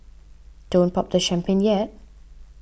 don't pop the champagne yet